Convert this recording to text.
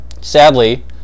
Sadly